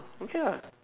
okay lah